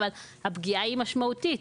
היא משמעותית,